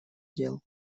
дел